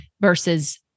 versus